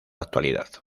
actualidad